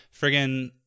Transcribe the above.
friggin